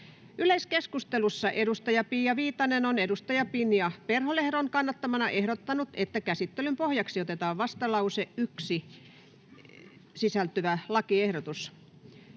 Yleiskeskustelussa edustaja Pia Viitanen on edustaja Pinja Perholehdon kannattamana ehdottanut, että käsittelyn pohjaksi otetaan vastalauseeseen 1 sisältyvä lakiehdotus,